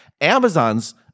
amazon's